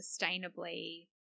sustainably